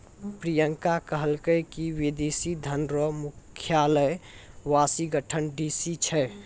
प्रियंका कहलकै की विदेशी धन रो मुख्यालय वाशिंगटन डी.सी छै